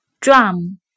drum